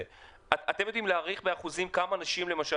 אתם יודעים להעריך באחוזים כמה אנשים למשל